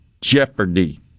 Jeopardy